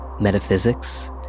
metaphysics